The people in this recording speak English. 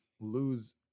lose